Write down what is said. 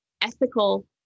ethical